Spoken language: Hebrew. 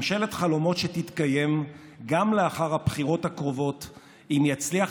ממשלת חלומות שתתקיים גם לאחר הבחירות הקרובות אם יצליח